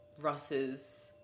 Russ's